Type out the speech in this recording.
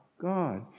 God